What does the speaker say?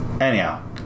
Anyhow